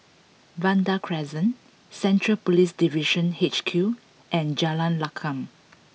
Vanda Crescent Central Police Division H Q and Jalan Lakum